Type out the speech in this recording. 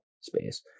space